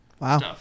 Wow